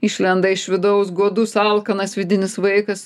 išlenda iš vidaus godus alkanas vidinis vaikas